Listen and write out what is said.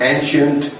Ancient